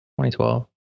2012